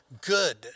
good